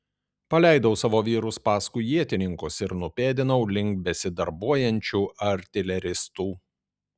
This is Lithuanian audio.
paleidau savo vyrus paskui ietininkus ir nupėdinau link besidarbuojančių artileristų